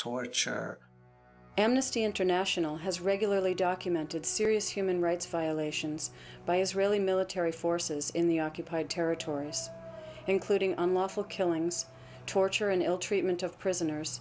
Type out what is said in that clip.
torture amnesty international has regularly documented serious human rights violations by israeli military forces in the occupied territories including unlawful killings torture and ill treatment of prisoners